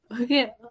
okay